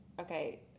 okay